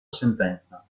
sentenza